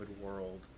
world